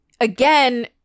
again